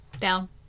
down